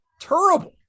Terrible